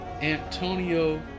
Antonio